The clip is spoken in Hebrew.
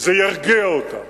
זה ירגיע אותם.